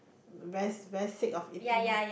very very sick of eating lah